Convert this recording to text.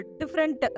different